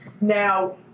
Now